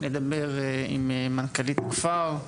לדבר עם מנכ"לית הכפר,